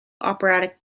operatic